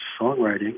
songwriting